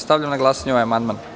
Stavljam na glasanje ovaj amandman.